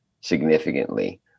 significantly